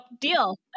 deal